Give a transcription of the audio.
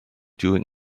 during